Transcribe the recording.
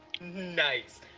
Nice